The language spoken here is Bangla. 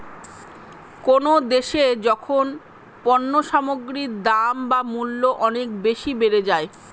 কোনো দেশে যখন পণ্য সামগ্রীর দাম বা মূল্য অনেক বেশি বেড়ে যায়